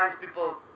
people